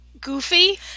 goofy